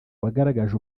wagaragaje